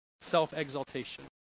self-exaltation